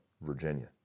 Virginia